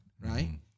right